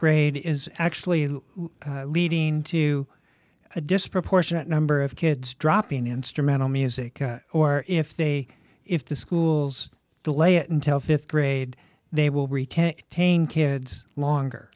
grade is actually leading to a disproportionate number of kids dropping instrumental music or if they if the schools delay it until th grade they will taint kids longer